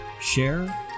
share